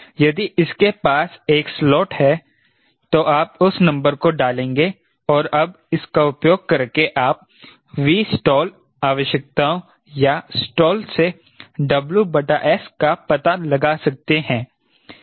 यदि इसके पास एक स्लॉट है तो आप उस नंबर को डालेंगे और अब इसका उपयोग करके आप Vstall आवश्यकताएं या स्टाल से WS का पता लगा सकते हैं